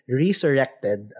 resurrected